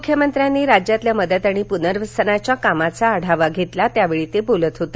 मुख्यमंत्र्यांनी राज्यातील मदत आणि पुनर्वसनाच्या कामाचा आढावा घेतला त्यावेळी ते बोलत होते